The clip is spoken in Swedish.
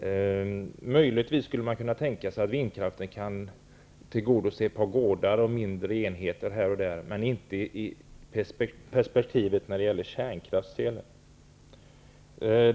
Möjligtvis skulle man kunna tänka sig att vindkraften tillgodoser ett par gårdar och mindre enheter här och där, men det är inte mycket i förhållande till kärnkraftsel.